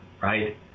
right